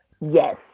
Yes